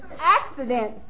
accident